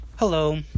Hello